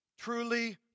truly